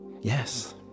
Yes